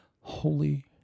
holy